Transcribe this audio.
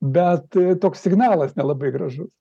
bet toks signalas nelabai gražus